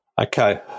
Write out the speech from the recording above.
Okay